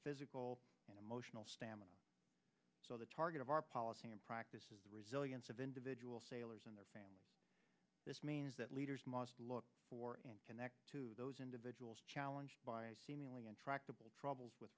physical and emotional stamina so the target of our policy and practice is the resilience of individual sailors and this means that leaders must look for and connect to those individuals challenge by seemingly intractable troubles with